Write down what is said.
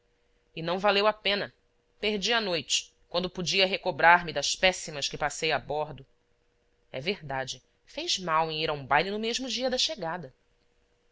e não valeu a pena perdi a noite quando podia recobrar me das péssimas que passei a bordo é verdade fez mal em ir a um baile no mesmo dia da chegada